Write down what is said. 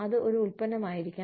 അത് ഒരു ഉൽപ്പന്നമായിരിക്കാം